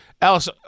Alice